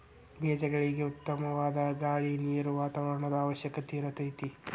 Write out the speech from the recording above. ಬೇಜಗಳಿಗೆ ಉತ್ತಮವಾದ ಗಾಳಿ ನೇರು ವಾತಾವರಣದ ಅವಶ್ಯಕತೆ ಇರತತಿ